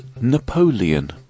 Napoleon